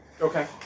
Okay